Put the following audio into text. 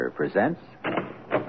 presents